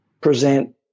present